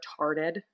retarded